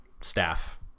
staff